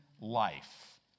life